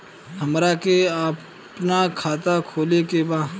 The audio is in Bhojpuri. हमरा के अपना खाता खोले के बा?